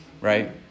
Right